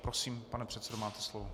Prosím, pane předsedo, máte slovo.